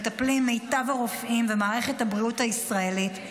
ומטפלים בהן מיטב הרופאים במערכת הבריאות הישראלית.